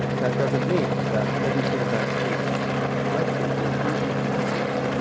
that doesn't mean that everything that he collected was easy to catalog.